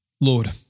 Lord